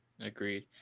Agreed